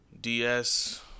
DS